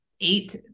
eight